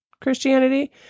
Christianity